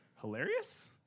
Hilarious